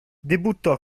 debuttò